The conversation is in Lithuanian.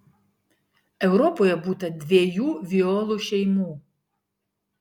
europoje būta dviejų violų šeimų